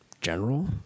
General